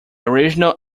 original